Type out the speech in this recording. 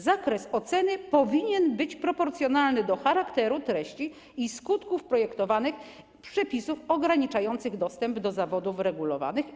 Zakres oceny powinien być proporcjonalny do charakteru, treści i skutków projektowanych przepisów ograniczających dostęp do zawodów regulowanych.